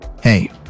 hey